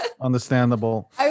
Understandable